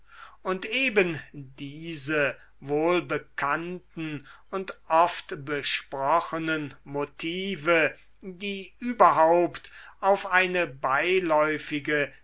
und eben diese wohlbekannten und oft besprochenen motive die überhaupt auf eine beiläufige